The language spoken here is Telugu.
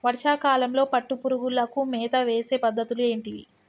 వర్షా కాలంలో పట్టు పురుగులకు మేత వేసే పద్ధతులు ఏంటివి?